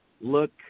look